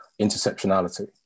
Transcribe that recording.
intersectionality